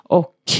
och